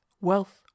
wealth